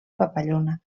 papallona